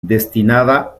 destinada